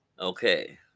Okay